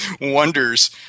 wonders